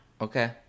Okay